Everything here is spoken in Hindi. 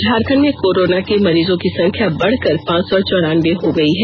झारखंड में कोरोना के मरीजों की संख्या बढ़कर पांच सौ चौरानवें हो गई है